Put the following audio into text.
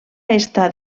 està